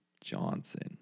Johnson